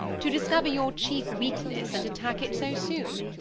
to discover your chief weakness and attack it so soon.